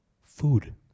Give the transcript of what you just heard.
Food